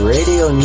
Radio